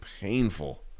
painful